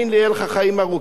יהיו לך חיים ארוכים,